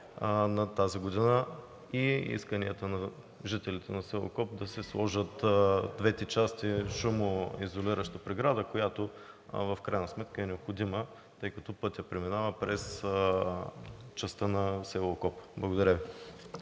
на тази година. Исканията на жителите на село Окоп са да се сложи от двете страни шумоизолираща преграда, която в крайна сметка е необходима, тъй като пътят преминава през частта на село Окоп. Благодаря Ви.